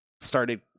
started